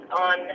on